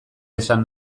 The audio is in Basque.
esan